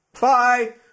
Bye